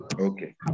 okay